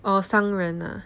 or 商人 ah